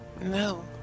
No